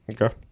Okay